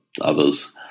others